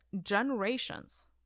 generations